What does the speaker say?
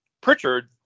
Pritchard